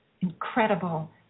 incredible